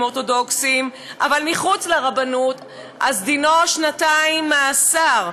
אורתודוקסיים אבל מחוץ לרבנות דינו שנתיים מאסר,